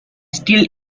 still